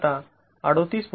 आता ३८